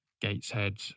Gateshead